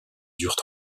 durent